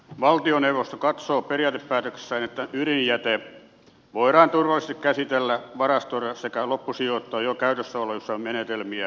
valtioneuvosto katsoo periaatepäätöksessään että ydinjäte voidaan turvallisesti käsitellä varastoida sekä loppusijoittaa jo käytössä olevia menetelmiä käyttäen